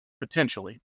potentially